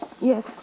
Yes